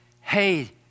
hey